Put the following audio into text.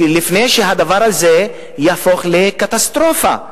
לפני שהדבר הזה יכול להיות קטסטרופה.